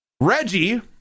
Reggie